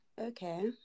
Okay